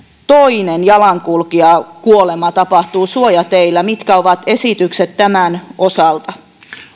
toinen jalankulkijakuolema tapahtuu suojateillä mitkä ovat esitykset tämän osalta